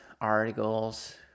articles